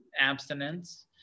abstinence